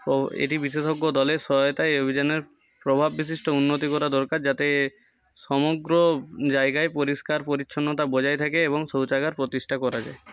ও এটি বিশেষজ্ঞ দলের সহায়তায় এই অভিযানের প্রভাব বিশিষ্ট উন্নতি করা দরকার যাতে সমগ্র জায়গায় পরিষ্কার পরিচ্ছন্নতা বজায় থাকে এবং শৌচাগার প্রতিষ্ঠা করা যায়